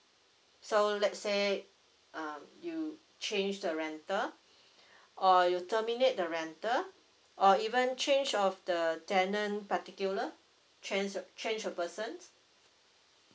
so let say um you change the rental or you terminate the rental or even change of the the tenant particular change a change a person